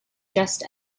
just